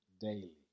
daily